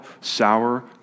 sour